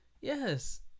Yes